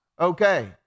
Okay